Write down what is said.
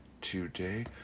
today